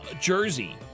Jersey